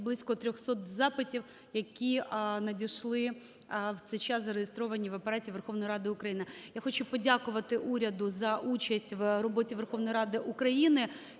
близько 300 запитів, які надійшли в цей час, зареєстровані в Апараті Верховної Ради України. Я хочу подякувати уряду за участь в роботі Верховної Ради України.